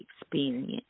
experience